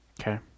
Okay